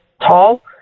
tall